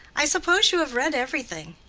i suppose you have read everything.